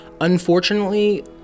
unfortunately